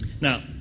Now